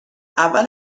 اول